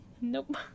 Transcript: Nope